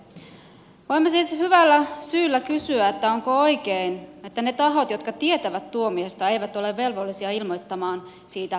voimme siis hyvällä syyllä kysyä onko oikein että ne tahot jotka tietävät tuomiosta eivät ole velvollisia ilmoittamaan siitä esimerkiksi työnantajalle